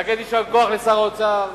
להגיד יישר כוח לשר האוצר,